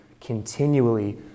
continually